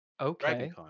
Okay